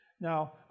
Now